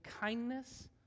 kindness